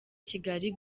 kigali